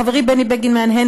חברי בני בגין מהנהן.